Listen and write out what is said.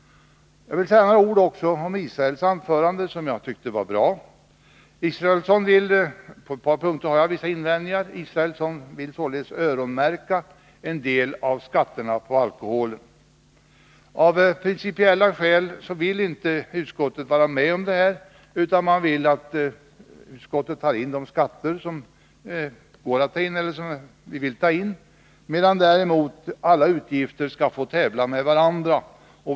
Jag vill säga några ord också med anledning av Per Israelssons anförande, som jag tycker var bra. Per Israelsson ville — på ett par punkter har jag vissa invändningar — således öronmärka en del av skatterna på alkoholen. Av principiella skäl vill utskottsmajoriteten inte vara med om det utan vill ta ut de skatter som bör tas ut, medan däremot alla utgifter skall tävla med varandra.